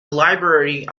library